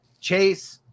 Chase